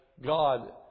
God